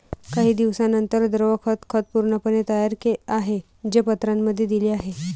काही दिवसांनंतर, द्रव खत खत पूर्णपणे तयार आहे, जे पत्रांमध्ये दिले आहे